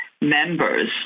members